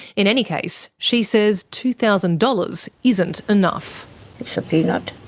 in any case, she says two thousand dollars isn't enough. it's a peanut.